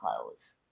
clothes